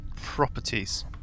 properties